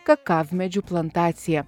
kakavmedžių plantaciją